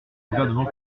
gouvernement